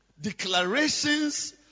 Declarations